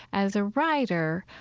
as a writer,